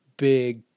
big